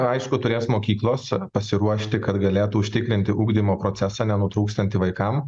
aišku turės mokyklos pasiruošti kad galėtų užtikrinti ugdymo procesą nenutrūkstantį vaikam